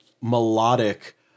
melodic